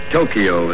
Tokyo